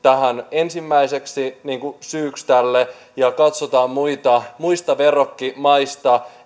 ensimmäiseksi syyksi tälle ja katsotaan muista verrokkimaista